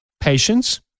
Patience